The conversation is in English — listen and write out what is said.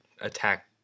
attack